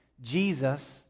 Jesus